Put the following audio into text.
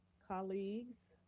colleagues,